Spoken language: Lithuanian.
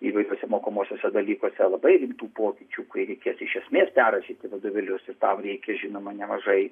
įvairiuose mokomuosiuose dalykuose labai rimtų pokyčių kai reikės iš esmės perrašyti vadovėlius ir tam reikia žinoma nemažai